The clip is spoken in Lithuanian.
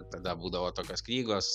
tada būdavo tokios knygos